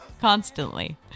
constantly